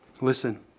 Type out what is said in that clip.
Listen